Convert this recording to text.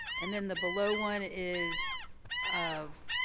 and then the below one is of,